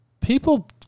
people